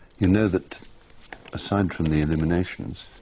you know that aside from the illuminations,